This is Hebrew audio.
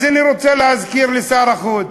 אז אני רוצה להזכיר לשר החוץ: